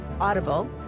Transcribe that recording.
Audible